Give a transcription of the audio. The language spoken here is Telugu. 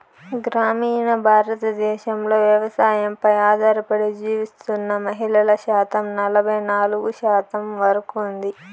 గ్రామీణ భారతదేశంలో వ్యవసాయంపై ఆధారపడి జీవిస్తున్న మహిళల శాతం ఎనబై నాలుగు శాతం వరకు ఉంది